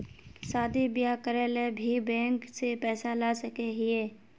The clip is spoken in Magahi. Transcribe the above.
शादी बियाह करे ले भी बैंक से पैसा ला सके हिये?